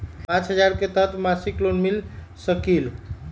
पाँच हजार के तहत मासिक लोन मिल सकील?